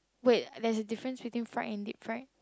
wait there's a difference between fried and deep fried